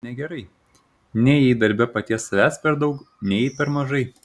negerai nei jei darbe paties savęs per daug nei jei per mažai